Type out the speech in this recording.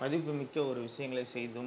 மதிப்பு மிக்க ஒரு விசயங்களை செய்தும்